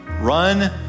Run